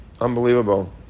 Unbelievable